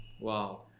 Wow